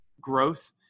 growth